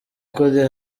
kode